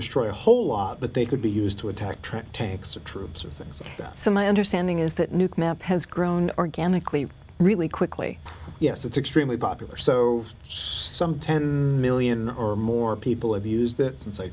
destroy a whole lot but they could be used to attack track tanks or troops or things that so my understanding is that nuke map has grown organically really quickly yes it's extremely popular so some ten million or more people have used it since i